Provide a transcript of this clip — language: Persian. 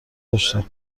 داشتیم